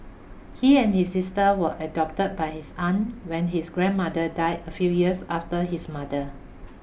he and his sister were adopted by his aunt when his grandmother died a few years after his mother